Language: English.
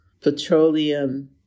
petroleum